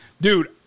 dude